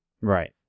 Right